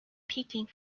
peeking